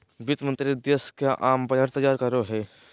वित्त मंत्रि देश के आम बजट तैयार करो हइ